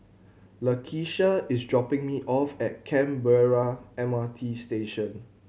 Lakisha is dropping me off at Canberra M R T Station